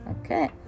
Okay